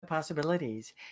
Possibilities